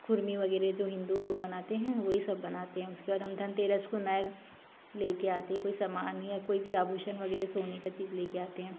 खुरमी वगैरह जो हिन्दू लोग बनाते हैं वही सब बनाते हैं उसके बाद हम धनतेरस को नए लेके आते कोई सामान या कोई भी आभूषण वगैरह सोने का चीज़ लेके आते हैं